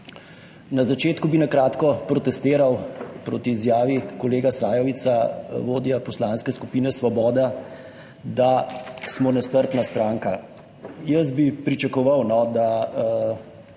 Na začetku bi na kratko protestiral proti izjavi kolega Sajovica, vodja Poslanske skupine Svoboda, da smo nestrpna stranka. Pričakoval bi, da